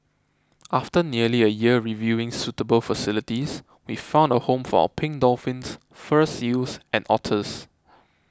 after nearly a year reviewing suitable facilities we found a home for our pink dolphins fur seals and otters